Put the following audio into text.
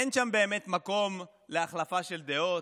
אין שם באמת מקום להחלפה של דעות,